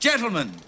Gentlemen